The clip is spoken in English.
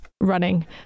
running